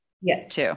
Yes